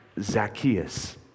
Zacchaeus